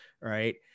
Right